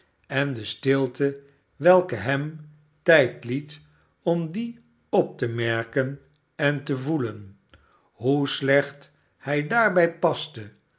en de stilte welke hem tijd het om die op te merken en te voelen hoe slecht hij daarbij paste